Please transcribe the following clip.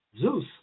Zeus